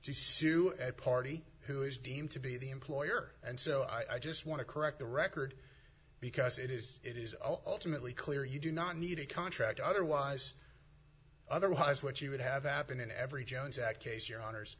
and sue and party who is deemed to be the employer and so i just want to correct the record because it is it is ultimately clear you do not need a contract otherwise otherwise what you would have happened in every jones act case your hono